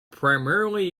primarily